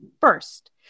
first